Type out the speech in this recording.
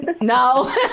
No